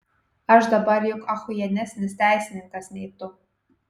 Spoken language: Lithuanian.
aš dabar juk achujienesnis teisininkas nei tu